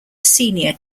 senior